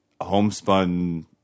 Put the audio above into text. homespun